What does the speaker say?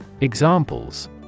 Examples